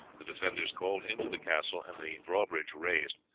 the defenders called into the castle, and the drawbridge raised,